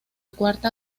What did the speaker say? cuarta